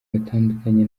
batandukanye